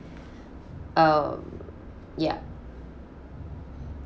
um ya